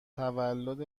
تولد